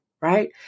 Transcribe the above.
right